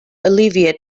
alleviate